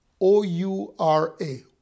O-U-R-A